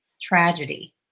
tragedy